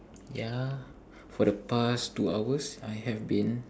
ya for the past two hours I have been